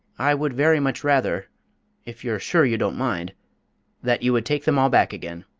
i would very much rather if you're sure you don't mind that you would take them all back again.